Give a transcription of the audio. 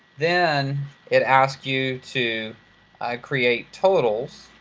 then it asks you to create totals